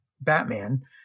Batman